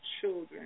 children